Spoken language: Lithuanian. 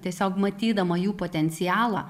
tiesiog matydama jų potencialą